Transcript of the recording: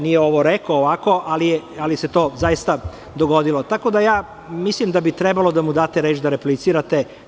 Nije ovo rekao ovako, ali se to zaista dogodilo, tako da mislim da bi trebalo da mu date reč da replicira.